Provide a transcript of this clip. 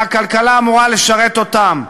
אלא הכלכלה אמורה לשרת אותם.